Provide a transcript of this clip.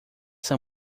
são